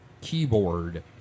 keyboard